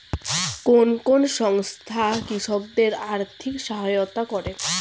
কোন কোন সংস্থা কৃষকদের আর্থিক সহায়তা করে?